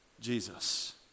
Jesus